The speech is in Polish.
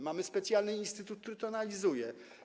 Mamy specjalny instytut, który to analizuje.